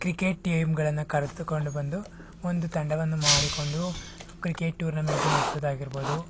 cricket ಟೀಮ್ಗಳನ್ನು ಕರೆದುಕೊಂಡು ಬಂದು ಒಂದು ತಂಡವನ್ನು ಮಾಡಿಕೊಂಡು ಕ್ರಿಕೆಟ್ ಟೂರ್ನಮೆಂಟ್ ನಡೆಸೋದಾಗಿರ್ಬೋದು